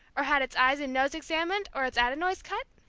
or had its eyes and nose examined, or its adenoids cut?